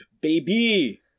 baby